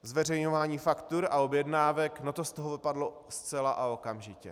Zveřejňování faktur a objednávek to z toho vypadlo zcela a okamžitě.